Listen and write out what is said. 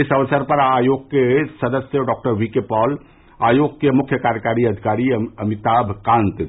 इस अवसर पर आयोग के सदस्य डॉ वीके पॉल आयोग के मुख्य कार्यकारी अधिकारी अमिताभ कांत